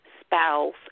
spouse